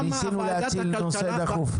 ניסינו להציל נושא דחוף.